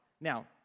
Now